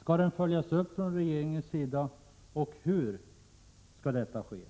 Skall den följas upp från regeringens sida, och hur skall det i så fall ske?